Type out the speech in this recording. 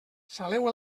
saleu